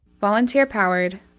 volunteer-powered